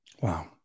Wow